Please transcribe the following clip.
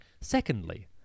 Secondly